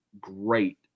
great